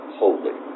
holy